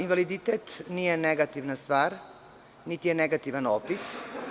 Invaliditet nije negativna stvar, niti je negativan opis.